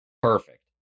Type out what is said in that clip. Perfect